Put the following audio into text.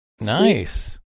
Nice